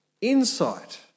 insight